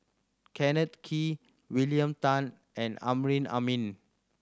Kenneth Kee William Tan and Amrin Amin